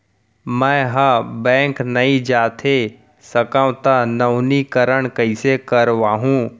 मैं ह बैंक नई जाथे सकंव त नवीनीकरण कइसे करवाहू?